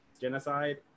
genocide